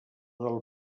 del